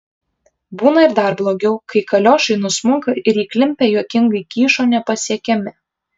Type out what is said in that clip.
būna ir dar blogiau kai kaliošai nusmunka ir įklimpę juokingai kyšo nepasiekiami